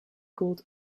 gold